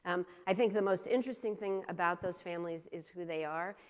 um i think the most interesting thing about those families is who they are.